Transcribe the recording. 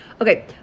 okay